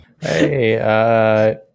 Hey